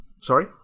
Sorry